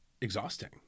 exhausting